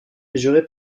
mesurée